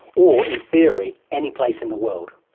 or, in theory, any place in the world.